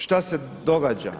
Što se događa?